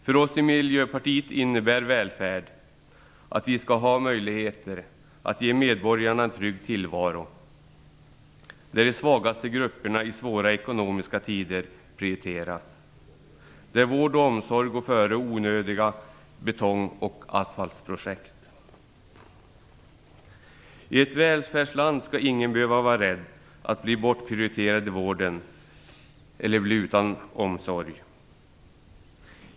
För oss i Miljöpartiet innebär välfärd att vi skall ha möjlighet att ge medborgarna en trygg tillvaro, där de svagaste grupperna i svåra ekonomiska tider prioriteras, där vård och omsorg går före onödiga betongoch asfaltprojekt. I ett välfärdsland skall ingen behöva vara rädd att bli bortprioriterad i vården eller bli utan omsorg.